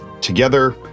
together